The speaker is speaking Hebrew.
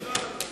בארץ-ישראל.